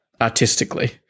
artistically